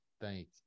thank